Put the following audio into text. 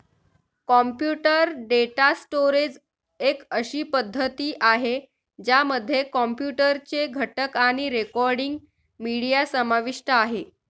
computer data storage एक अशी पद्धती आहे, ज्यामध्ये कॉम्प्युटर चे घटक आणि रेकॉर्डिंग, मीडिया समाविष्ट आहे